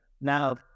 Now